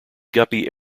guppy